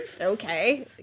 Okay